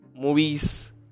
movies